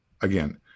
again